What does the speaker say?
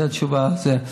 אז זו התשובה לזה.